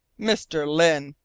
mr. lyne,